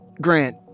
Grant